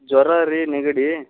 ಜ್ವರ ರೀ ನೆಗಡಿ